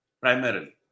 primarily